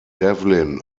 devlin